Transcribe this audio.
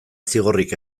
zigorrik